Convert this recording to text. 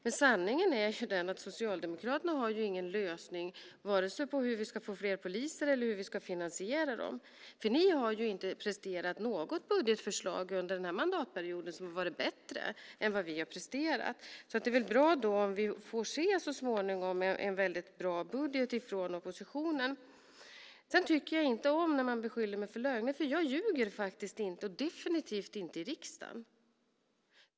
Men sanningen är den att Socialdemokraterna inte har någon lösning på vare sig hur vi ska få fler poliser eller hur vi ska finansiera dem. Ni har inte presterat något budgetförslag under den här mandatperioden som har varit bättre än vad vi har presterat. Det är väl bra om vi så småningom får se en väldigt bra budget från oppositionen. Jag tycker inte om när man beskyller mig för lögner. Jag ljuger faktiskt inte och definitivt inte i riksdagen.